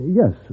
yes